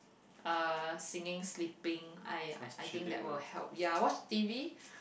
uh singing sleeping I I think that will help ya watch T_V